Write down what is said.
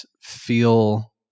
feel